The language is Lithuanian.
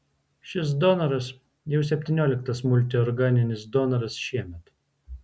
šis donoras jau septynioliktas multiorganinis donoras šiemet